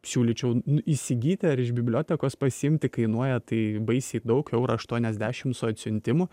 siūlyčiau įsigyti ar iš bibliotekos pasiimti kainuoja tai baisiai daug eurą aštuoniasdešimt su atsiuntimu